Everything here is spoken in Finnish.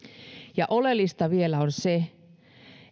ja oleellista vielä on se